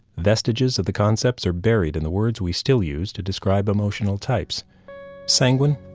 vestiges of the concepts are buried in the words we still use to describe emotional types sanguine,